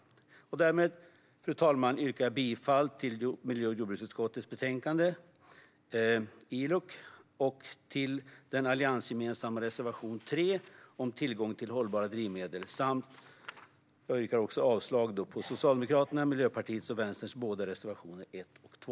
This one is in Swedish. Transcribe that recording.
Därmed, fru talman, yrkar jag bifall till miljö och jordbruksutskottets förslag i betänkandet om ILUC och till den alliansgemensamma reservationen 3 om tillgång till hållbara drivmedel samtidigt som jag yrkar avslag på Socialdemokraternas, Miljöpartiets och Vänsterns reservationer 1 och 2.